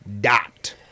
dot